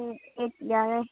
eight ꯌꯥꯔꯦ